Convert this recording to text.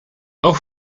auch